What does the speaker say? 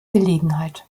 gelegenheit